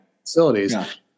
facilities